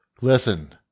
listen